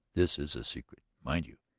this is a secret, mind you.